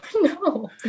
no